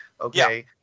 okay